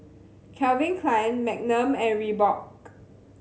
Calvin Klein Magnum and Reebok